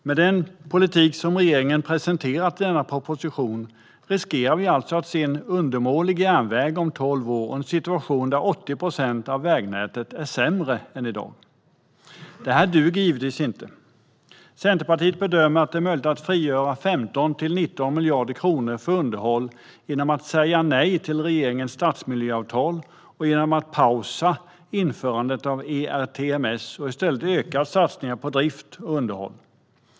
Med den politik som regeringen har presenterat i denna proposition riskerar vi alltså att få en undermålig järnväg om tolv år och en situation där 80 procent av vägnätet är sämre än i dag. Detta duger givetvis inte. Centerpartiet bedömer att det är möjligt att frigöra 15-19 miljarder kronor för underhåll genom att säga nej till regeringens stadsmiljöavtal och genom att pausa införandet av ERTMS och i stället öka satsningen på drift och underhåll.